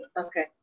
Okay